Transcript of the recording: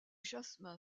jasmin